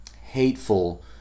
hateful